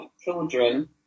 children